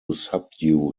subdue